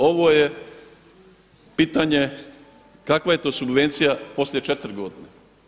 Ovo je pitanje kakva je to subvencija poslije 4 godine.